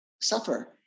suffer